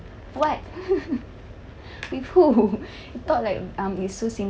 what with who you thought like um it's so simple